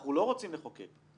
אנחנו לא רוצים לחוקק.